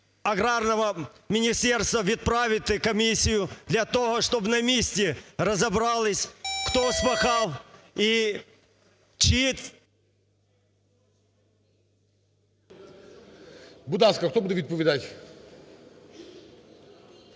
аграрного міністерства відправити комісію для того, щоб на місці розібрались, хто спахав і чиї… ГОЛОВУЮЧИЙ. Будь ласка, хто буде відповідати?